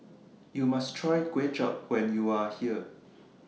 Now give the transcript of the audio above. YOU must Try Kuay Chap when YOU Are here